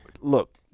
look